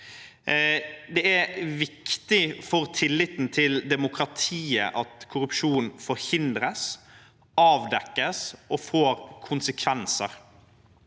Det er viktig for tilliten til demokratiet at korrupsjon forhindres, avdekkes og får konsekvenser.